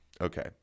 Okay